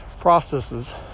processes